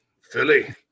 Philly